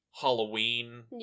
Halloween